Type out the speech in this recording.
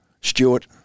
Stewart